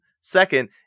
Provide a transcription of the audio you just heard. Second